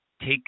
take